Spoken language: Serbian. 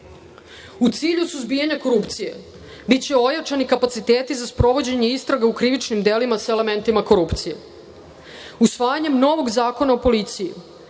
U cilju suzbijanja korupcije biće ojačani kapaciteti za sprovođenje istraga u krivičnim delima sa elementima korupcije. Usvajanjem novog zakona o policiji